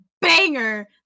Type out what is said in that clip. banger